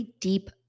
deep